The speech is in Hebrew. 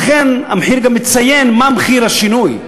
לכן המפרט גם מציין מה מחיר השינוי,